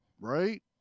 Right